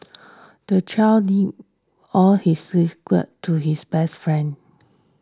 the child all his secrets to his best friend